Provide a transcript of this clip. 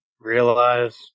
realize